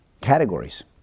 categories